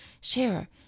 share